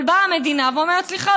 אבל באה המדינה ואומרת: סליחה,